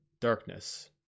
darkness